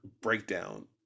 breakdown